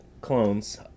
clones